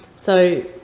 so,